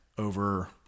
over